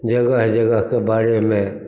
जगह जगहके बारेमे